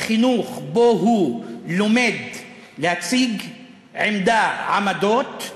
חינוך שבו הוא לומד להציג עמדה, עמדות,